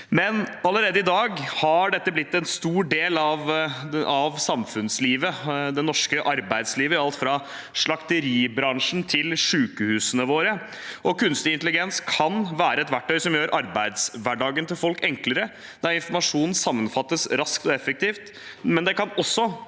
Allerede i dag har dette blitt en stor del av samfunnslivet og det norske arbeidslivet, i alt fra slakteribransjen til sykehusene våre. Kunstig intelligens kan være et verktøy som gjør arbeidshverdagen til folk enklere da informasjon sammenfattes raskt og effektivt, men det kan også